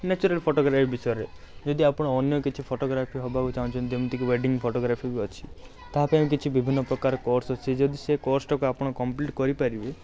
natural photography ବିଷୟରେ ଯଦି ଆପଣ ଅନ୍ୟ କିଛି ଫଟୋଗ୍ରାଫି ହେବାକୁ ଚାହୁଁଛନ୍ତି ଯେମିତିକି ୱେଡିଂ ଫଟୋଗ୍ରାଫି ବି ଅଛି ତାହା ପାଇଁ କିଛି ବିଭିନ୍ନପ୍ରକାର କୋର୍ସ ଅଛି ଯଦି ସେ କୋର୍ସଟାକୁ ଆପଣ କମ୍ପ୍ଲିଟ୍ କରିପାରିବେ